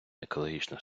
екологічна